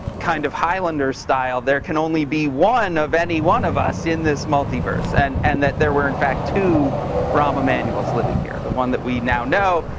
kind of highlander-style, there can only be one of any one of us in this multiverse. and and that there were, in fact, two rahm emanuels living here the one that we now know,